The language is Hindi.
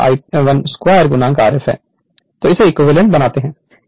तो PG 3 I12 Rf तो इसे इक्विवेलेंट बनाते हैं